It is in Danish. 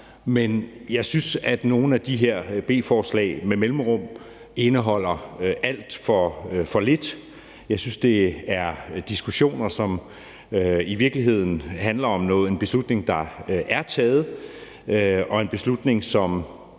men jeg synes, at nogle af de her B-forslag med mellemrum indeholder alt for lidt. Jeg synes, det er diskussioner, som i virkeligheden handler om en beslutning, der er truffet, og en beslutning, som